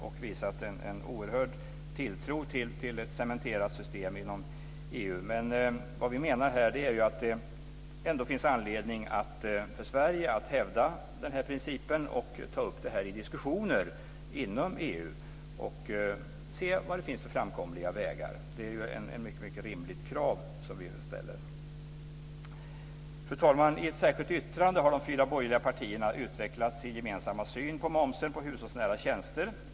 Han har visat en oerhörd tilltro till ett cementerat system inom EU. Vad vi menar här är att det ändå finns anledning för Sverige att hävda principen och ta upp diskussioner inom EU och se vad det finns för framkomliga vägar. Det är ett mycket rimligt krav som vi ställer. Fru talman! I ett särskilt yttrande har de fyra borgerliga partierna utvecklat sin gemensamma syn på momsen på hushållsnära tjänster.